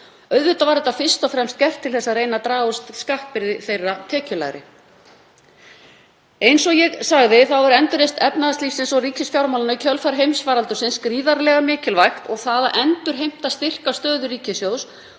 Auðvitað var þetta fyrst og fremst gert til þess að reyna að draga úr skattbyrði þeirra tekjulægri. Eins og ég sagði er endurreisn efnahagslífsins og ríkisfjármálanna í kjölfar heimsfaraldursins gríðarlega mikilvæg og það að endurheimta styrka stöðu ríkissjóðs